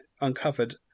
uncovered